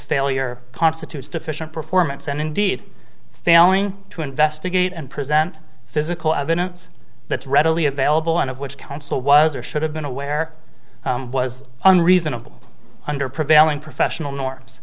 failure constitutes deficient performance and indeed failing to investigate and present physical evidence that's readily available and of which counsel was or should have been aware was on reasonable under prevailing professional norms